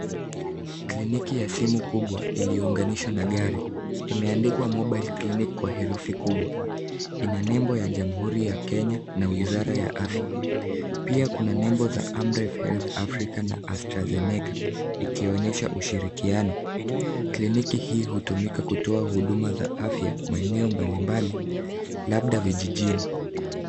Kliniki ya simu kubwa iliyounganishwa na gari. Imeandikwa mobile clinic , kwa herufi kubwa. Ina nebo ya jamuhuri ya Kenya na wizara ya afya. Pia kuna nebo za Amref health Africa na Astrazeneca , ikionyesha ushirikiano. Kliniki hii hutumika kutoa huduma za afya maeneo mbali mbali, labda vijijini.